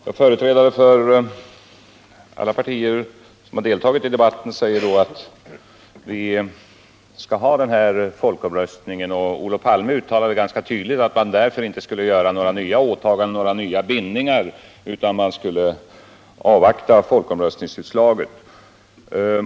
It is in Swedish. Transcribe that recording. Herr talman! Företrädare för alla partier som deltagit i debatten säger att vi skall ha folkomröstningen, och Olof Palme uttalade ganska tydligt att man därför inte skall göra nya åtaganden eller bindningar utan avvakta folkomröstningsutslaget.